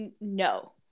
No